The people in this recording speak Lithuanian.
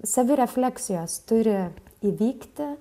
savirefleksijos turi įvykti